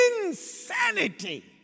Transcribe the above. Insanity